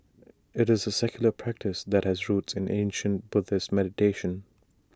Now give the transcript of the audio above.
IT is A secular practice that has roots in ancient Buddhist meditation